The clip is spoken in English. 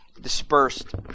dispersed